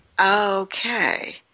Okay